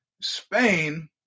Spain